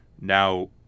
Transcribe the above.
Now